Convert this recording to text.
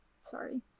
sorry